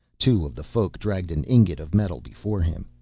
two of the folk dragged an ingot of metal before him.